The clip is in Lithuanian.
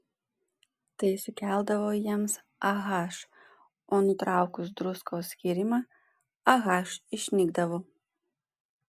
tai sukeldavo jiems ah o nutraukus druskos skyrimą ah išnykdavo